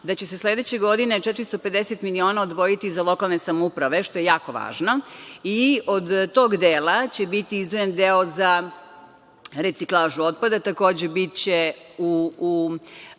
da će se sledeće godine 450 miliona odvojiti za lokalne samouprave, što je jako važno, i od tog dela će biti izdvojen deo za reciklažu otpada. Takođe, biće u